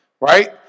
Right